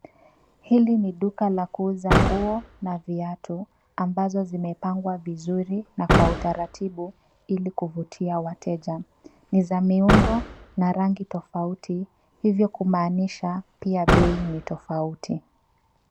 Hili ni duka la kuuza nguo na viatu ambazo zimepangwa vizuri kwa utaratibu ili kuvutia wateja. Ni za miundo na rangi tofauti hivyo kumaanisha pia bei ni tofauti.